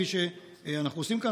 כפי שאנחנו עושים כאן,